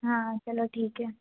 हाँ हाँ चलो ठीक है